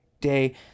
day